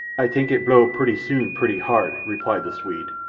ay tank it blow purty soon purty hard, replied the swede,